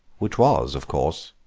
which was, of course,